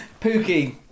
Pookie